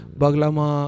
baglama